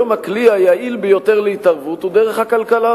היום הכלי היעיל ביותר להתערבות הוא דרך הכלכלה,